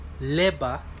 labor